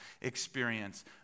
experience